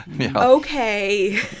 okay